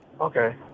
Okay